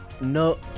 No